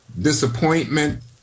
disappointment